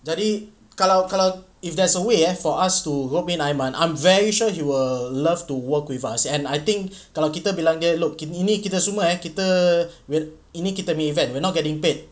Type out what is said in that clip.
jadi kalau kalau if there's a way eh for us to go meet aiman I'm very sure he will love to work with us and I think kalau kita bilang dia look kita ini kita semua eh kita will ini kita punya event we're not getting paid